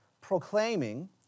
proclaiming